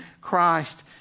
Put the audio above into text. Christ